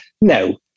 no